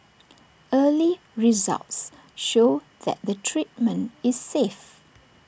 early results show that the treatment is safe